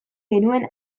genuen